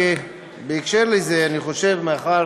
בהקשר זה, אני חושב, מאחר